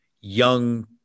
young